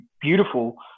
beautiful